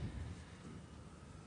בבקשה.